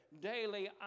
Daily